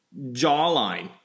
jawline